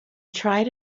tried